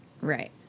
Right